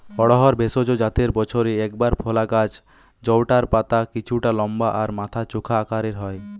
অড়হর ভেষজ জাতের বছরে একবার ফলা গাছ জউটার পাতা কিছুটা লম্বা আর মাথা চোখা আকারের হয়